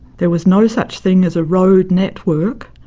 there was no such thing as a road network.